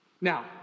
Now